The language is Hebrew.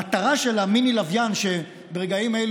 המסכנים, הפגועים,